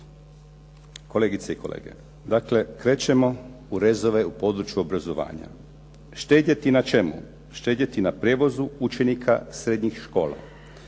Kolegice i kolege, dakle krećemo u rezove u području obrazovanja. Štedjeti na čemu? Štedjeti na prijevozu učenika srednjih škola,